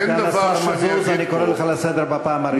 סגן השר מזוז, אני קורא אותך לסדר בפעם הראשונה.